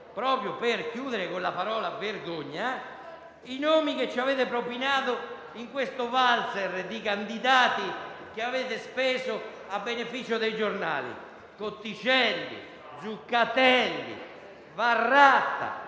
voglio concludere con la parola «vergogna», elencando i nomi che ci avete propinato in questo valzer di candidati che avete speso a beneficio dei giornali: Cotticelli, Zuccatelli, Varratta,